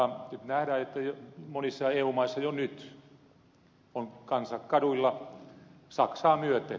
nähdään että monissa eu maissa jo nyt on kansa kaduilla saksaa myöten